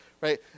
right